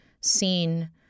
seen